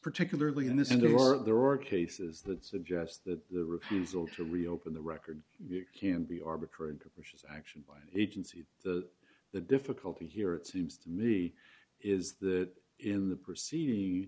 particularly in this and there are there are cases that suggest that the refusal to reopen the record you can be arbitrary and capricious action by an agency the the difficulty here it seems to me is that in the proceeding